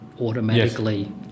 automatically